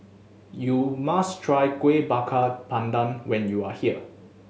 you must try Kuih Bakar Pandan when you are here